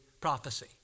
prophecy